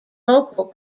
local